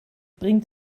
bringt